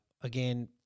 Again